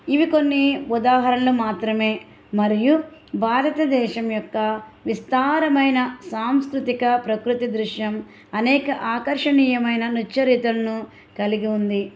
ఇవి కొన్ని ఉదాహరణలు మాత్రమే మరియు భారతదేశం యొక్క విస్తారమైన సాంస్కృతిక ప్రకృతి దృశ్యం అనేక ఆకర్షణీయమైన నృత్య రీతులను కలిగి ఉంది